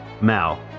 Mal